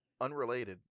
unrelated